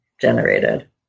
generated